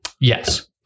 Yes